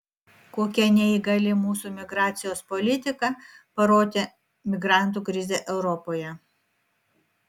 kokia neįgali mūsų migracijos politika parodė migrantų krizė europoje